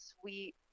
sweet